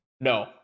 No